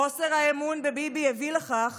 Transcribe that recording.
חוסר האמון בביבי הביא לכך